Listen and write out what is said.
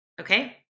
Okay